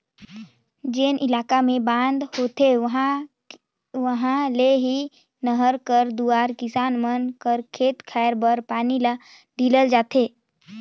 जेन इलाका मे बांध होथे उहा ले ही नहर कर दुवारा किसान मन कर खेत खाएर बर पानी ल ढीलल जाथे